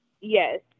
Yes